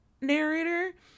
narrator